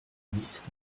dix